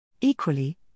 Equally